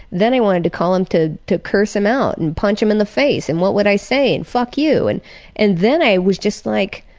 then i wanted to call him to to curse him out and punch him in the face and what would i say? and fuck you. and and then i was just like,